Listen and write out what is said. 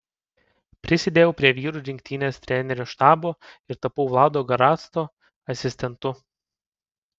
prisidėjau prie vyrų rinktinės trenerių štabo ir tapau vlado garasto asistentu